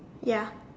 ya